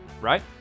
right